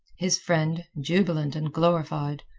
his friend, jubilant and glorified,